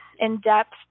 in-depth